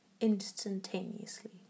instantaneously